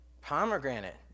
Pomegranate